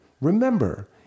Remember